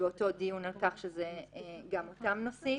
באותו דיון על כך שגם אותן נוסיף.